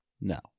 No